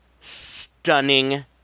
stunning